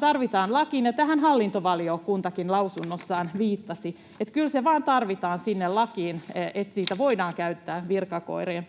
tarvitaan lakiin, ja tähän hallintovaliokuntakin lausunnossaan viittasi, että kyllä se vaan tarvitaan sinne lakiin, että niitä voidaan käyttää virkakoirina.